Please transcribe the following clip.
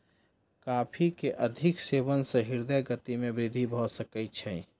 coffee के अधिक सेवन सॅ हृदय गति में वृद्धि भ सकै छै